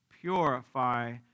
Purify